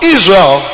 Israel